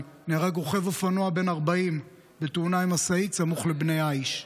נהרג רוכב אופנוע בן 40 בתאונה עם משאית סמוך לבני עי"ש.